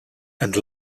and